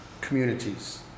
communities